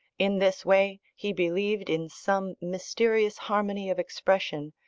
in this way, he believed in some mysterious harmony of expression,